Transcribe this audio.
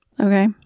Okay